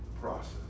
process